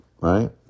right